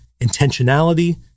intentionality